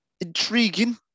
intriguing